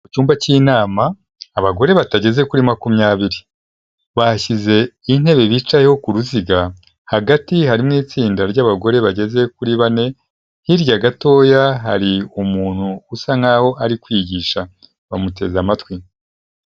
Mu icyumba cy'inama, abagore batageze kuri makumyabiri, bashyize intebe bicayeho ku ruziga, hagati harimo itsinda ry'abagore bageze kuri bane, hirya gatoya hari umuntu usa nkaho ari kwigisha bamuteze amatwi.